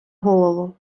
голову